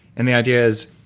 and the idea is,